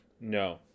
No